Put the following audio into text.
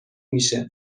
میشه